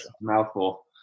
mouthful